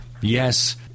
Yes